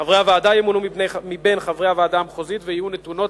חברי הוועדה ימונו מבין חברי הוועדה המחוזית ויהיו נתונות